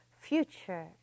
future